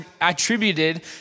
attributed